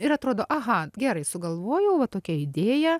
ir atrodo aha gerai sugalvojau va tokia idėja